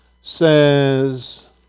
says